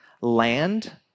Land